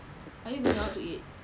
are you going out to eat